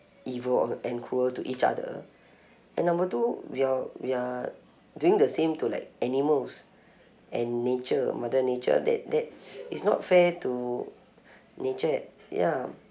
evil and cruel to each other and number two we are we are doing the same to like animals and nature mother nature that that it's not fair to nature ya